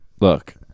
Look